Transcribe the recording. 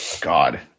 God